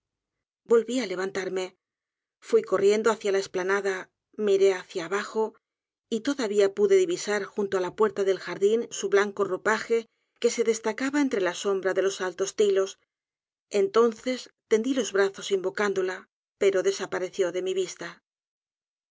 volví á levantarme fui corriendo hacia la esplanada miré hacia abajo y todavía pude divisar junto a l a puerta del jardín su blanco ropaje que se destacaba entre ta sombra de los altos tilos entonees tendí los israzos invocándola pero desapareció á mi vista